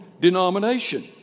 denomination